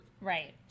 Right